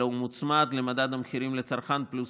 אלא הוא מוצמד למדד המחירים לצרכן פלוס